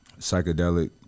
psychedelic